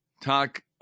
talk